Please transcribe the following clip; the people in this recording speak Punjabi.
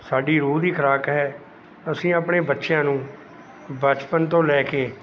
ਸਾਡੀ ਰੂਹ ਦੀ ਖੁਰਾਕ ਹੈ ਅਸੀਂ ਆਪਣੇ ਬੱਚਿਆਂ ਨੂੰ ਬਚਪਨ ਤੋਂ ਲੈ ਕੇ